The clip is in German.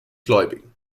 gläubigen